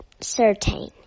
certain